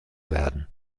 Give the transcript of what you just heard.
werden